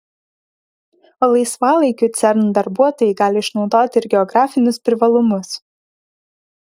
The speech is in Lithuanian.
o laisvalaikiu cern darbuotojai gali išnaudoti ir geografinius privalumus